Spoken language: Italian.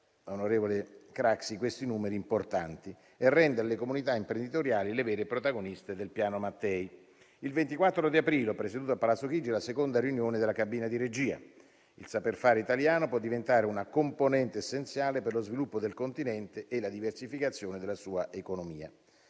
questi numeri importanti e rendere le comunità imprenditoriali le vere protagoniste del Piano Mattei. Il 24 aprile ho presieduto a Palazzo Chigi la seconda riunione della cabina di regia. Il saper fare italiano può diventare una componente essenziale per lo sviluppo del Continente e la diversificazione della sua economia.